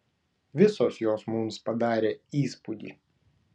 visos jos mums padarė įspūdį